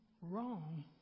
wrong